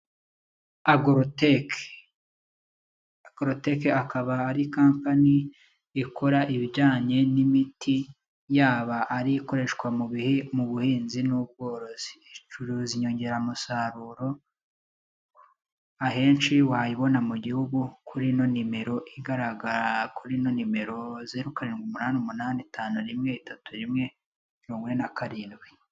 Agoroteke, agoroteke akaba ari kampani ikora ibijyanye n'imiti yaba ari ikoreshwa mu buhinzi n'ubworozi , icuruza inyongeramusaruro ahenshi wayibona mu gihugu kuri ino nimero igaragara, kuri ino nimero, zeru karindwi umunani umunani itanu rimwe, itatu rimwe mirongo ine na karindwi.